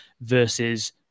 versus